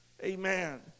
Amen